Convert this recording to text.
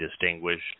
distinguished